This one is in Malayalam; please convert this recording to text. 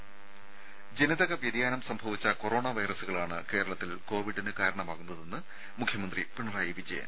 ത ജനിതക വ്യതിയാനം സംഭവിച്ച കൊറോണ വൈറസുകളാണ് കേരളത്തിൽ കോവിഡിന് കാരണമാകുന്നതെന്ന് മുഖ്യമന്ത്രി പിണറായി വിജയൻ